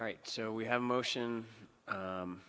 right so we have motion